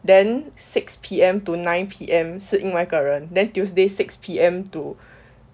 then six P_M to nine P_M 是另外一个人 then tuesday six P_M to